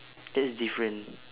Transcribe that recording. that's different